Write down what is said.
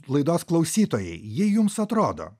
laidos klausytojai jei jums atrodo